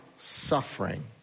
Suffering